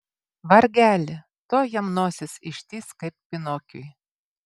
vargeli tuoj jam nosis ištįs kaip pinokiui